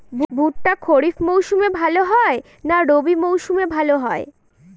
ভুট্টা খরিফ মৌসুমে ভাল হয় না রবি মৌসুমে ভাল হয়?